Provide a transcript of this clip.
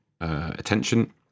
attention